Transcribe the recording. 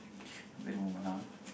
wait a moment ah